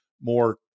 more